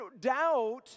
doubt